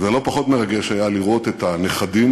ולא פחות מרגש היה לראות את הנכדים,